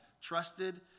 trusted